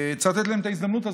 צריך לתת להם את ההזדמנות הזאת.